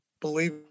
believe